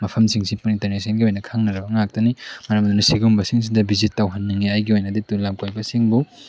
ꯃꯐꯝꯁꯤꯡ ꯁꯤꯕꯨ ꯏꯟꯇꯔꯅꯦꯁꯅꯦꯜꯒꯤ ꯑꯣꯏꯅ ꯈꯪꯅꯔꯕ ꯉꯥꯛꯇꯅꯤ ꯃꯔꯝ ꯑꯗꯨꯅ ꯁꯤꯒꯨꯝꯕꯁꯤꯡꯁꯤꯗ ꯚꯤꯖꯤꯠ ꯇꯧꯍꯟꯅꯤꯡꯉꯦ ꯑꯩꯒꯤ ꯑꯣꯏꯅꯗꯤ ꯂꯝꯀꯣꯏꯕ ꯁꯤꯡꯕꯨ